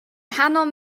nghanol